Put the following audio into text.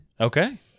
Okay